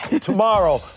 Tomorrow